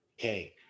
okay